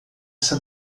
essa